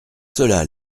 cela